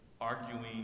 Arguing